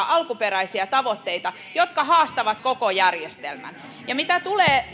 alkuperäisiä tavoitteita jotka haastavat koko järjestelmän ja mitä tulee